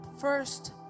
first